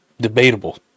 Debatable